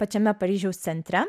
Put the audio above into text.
pačiame paryžiaus centre